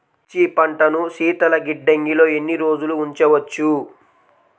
మిర్చి పంటను శీతల గిడ్డంగిలో ఎన్ని రోజులు ఉంచవచ్చు?